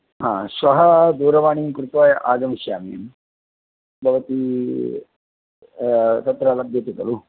हा श्वः दूरवावाणीं कृत्वा आगमिष्यामि भवती तत्र लभ्यति खलु